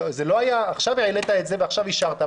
עכשיו העלית את זה ועכשיו אישרת,